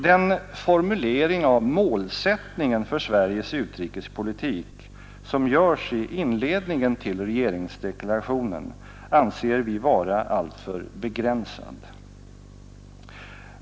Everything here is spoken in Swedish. Den formulering av målsättningen för Sveriges utrikespolitik som görs i inledningen till regeringsdeklarationen anser vi vara alltför begränsad.